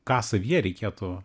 ką savyje reikėtų